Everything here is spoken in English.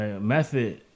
Method